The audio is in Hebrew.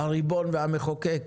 הריבון והמחוקק,